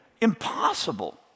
impossible